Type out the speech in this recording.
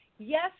Yes